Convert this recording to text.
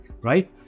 right